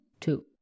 two